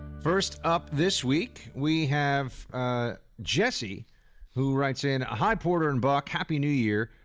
first up this week we have jesse who writes in, hi, porter and buck. happy new year.